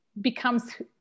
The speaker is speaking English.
becomes